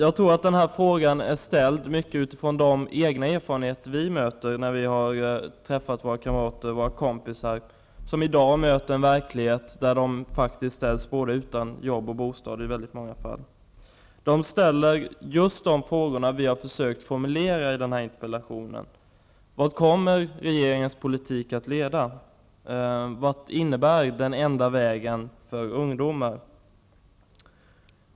Denna interpellation har ställts mycket utifrån de erfarenheter som vi som skall delta i denna debatt har mött när vi har träffat våra kamrater, som i dag möter en verklighet där de faktiskt i många fall ställs utan både jobb och bostad. Dessa ungdomar ställer just de frågor som jag har försökt formulera i denna interpellation. Vad kommer regeringens politik att leda till? Vad innebär den enda vägen för ungdomar?